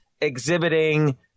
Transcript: exhibiting